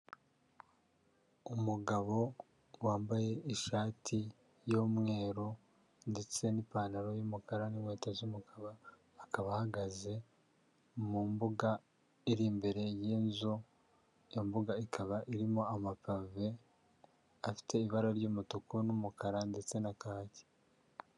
Umugabo wambaye ishati y'umweru ndetse n'ipantaro y'umukara n'inkweto z'umukara, akaba ahagaze mu mbuga iri imbere y'inzu, iyo mbuga ikaba irimo amapave afite ibara ry'umutuku n'umukara ndetse na kaki.